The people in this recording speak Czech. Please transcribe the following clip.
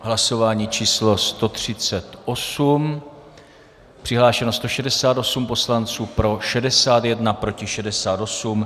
V hlasování číslo 138 přihlášeno 168 poslanců, pro 61, proti 68.